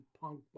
punk